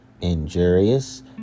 injurious